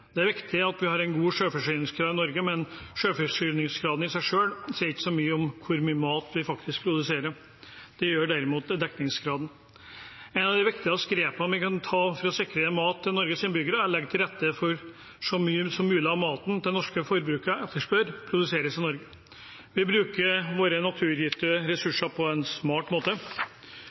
Det er viktig at vi har en god selvforsyningsgrad i Norge, men selvforsyningsgraden i seg selv sier ikke så mye om hvor mye mat vi faktisk produserer. Det gjør derimot dekningsgraden. Et av de viktigste grepene vi kan ta for å sikre mat til Norges innbyggere, er å legge til rette for at så mye som mulig av maten som norske forbrukere etterspør, bør produseres i Norge. Vi bruker våre naturgitte ressurser på en smart måte,